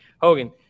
Hogan